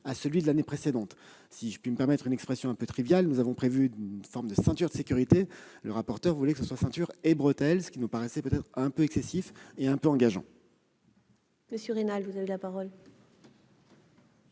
celui de l'année précédente. Si je puis me permettre une expression un peu triviale, nous avons prévu une forme de « ceinture de sécurité »; M. le rapporteur général voulait, lui, que ce soit ceinture et bretelles, ce qui nous paraissait peut-être un peu excessif et nous engageait un peu trop. La parole